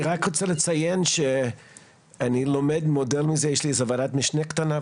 אני רק רוצה לציין שיש לי ועדת משנה קטנה,